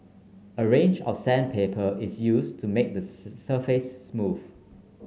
a range of sandpaper is use to make the surface smooth